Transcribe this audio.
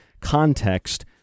context